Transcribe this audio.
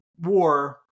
war